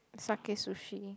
Sakae-Sushi